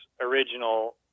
original